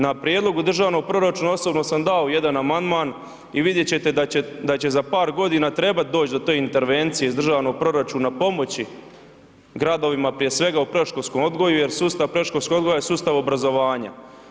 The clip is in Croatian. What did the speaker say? Na prijedlogu državnog proračuna osobno sam dao jedan amandman i vidjeti ćete da će za par godina trebati doći do te intervencije iz državnog proračuna pomoći gradovima, prije svega u predškolskom odgoju jer sustav predškolskog odgoja je sustav obrazovanja.